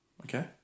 Okay